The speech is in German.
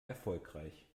erfolgreich